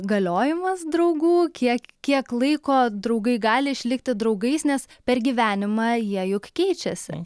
galiojimas draugų kiek kiek laiko draugai gali išlikti draugais nes per gyvenimą jie juk keičiasi